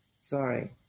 Sorry